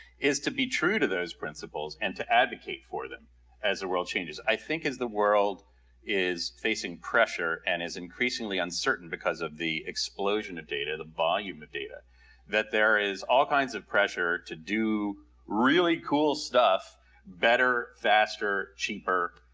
is to be true to those principles and to advocate for them as the world changes. i think as the world is facing pressure and is increasingly uncertain because of the explosion of data, the volume of data that there is all kinds of pressure to do really cool stuff better, faster, cheaper,